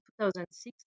2006